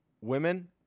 women